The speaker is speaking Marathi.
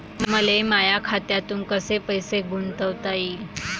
मले माया खात्यातून पैसे कसे गुंतवता येईन?